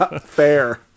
Fair